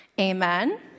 Amen